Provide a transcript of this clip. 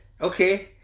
Okay